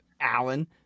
Alan